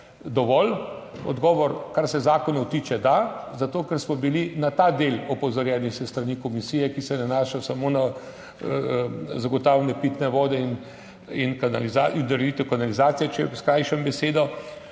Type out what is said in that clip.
dovolj odgovor: kar se zakonov tiče, da. Zato, ker smo bili na ta del opozorjeni s strani komisije, ki se nanaša samo na zagotavljanje pitne vode in ureditev kanalizacije, če skrajšam besedo.